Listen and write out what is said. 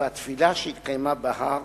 והתפילה שהתקיימה בהר